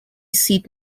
seat